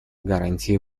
гарантией